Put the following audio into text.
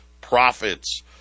profits